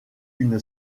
une